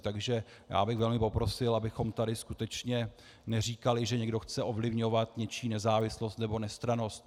Takže já bych velmi poprosil, abychom tady skutečně neříkali, že někdo chce ovlivňovat něčí nezávislost nebo nestrannost.